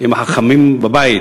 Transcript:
עם החכמים בבית.